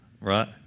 Right